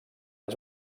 als